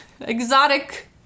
exotic